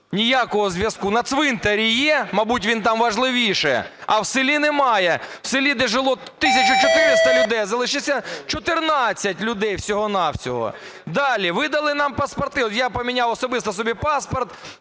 ніякого зв'язку. На цвинтарі є, мабуть, він там важливіший, а в селі немає. В селі, де жило 1 тисячу 400 людей, а залишилося 14 людей всього-на-всього. Далі. Видали нам паспорти, я поміняв особисто собі паспорт